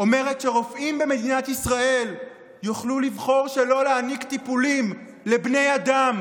אומרת שרופאים במדינת ישראל יוכלו לבחור שלא להעניק טיפולים לבני אדם